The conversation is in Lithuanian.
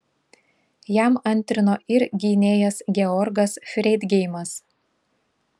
jam antrino ir gynėjas georgas freidgeimas